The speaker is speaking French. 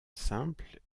simple